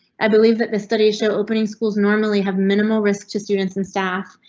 i believe that this study show opening schools normally have minimal risk to students and staff.